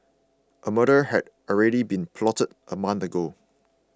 a murder had already been plotted a month ago